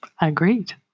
agreed